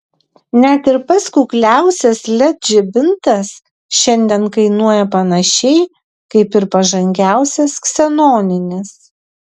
net ir pats kukliausias led žibintas šiandien kainuoja panašiai kaip pažangiausias ksenoninis